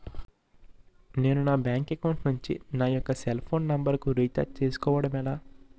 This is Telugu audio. నేను నా బ్యాంక్ అకౌంట్ నుంచి నా యెక్క సెల్ ఫోన్ నంబర్ కు రీఛార్జ్ చేసుకోవడం ఎలా?